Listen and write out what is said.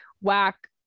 whack